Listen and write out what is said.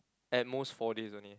at most four days only